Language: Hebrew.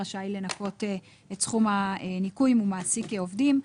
רשאי לנכות את סכום הניכוי אם הוא מעסיק עובדים,